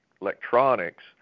electronics